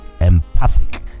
empathic